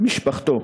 משפחתו: